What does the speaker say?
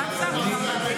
כבר יש טיוטה?